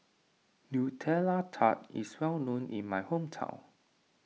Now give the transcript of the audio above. Nutella Tart is well known in my hometown